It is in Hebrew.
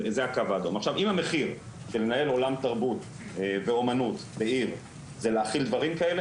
עכשיו אם המחיר של לנהל עולם תרבות ואומנות בעיר זה להכיל דברים כאלה,